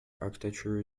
architecture